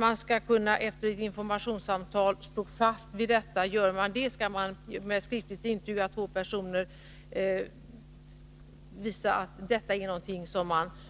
Man skall kunna stå fast vid denna efter informationssamtal, och gör man det skall man med ett skriftligt intyg av två personer visa att detta är någonting som